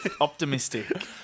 optimistic